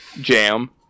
jam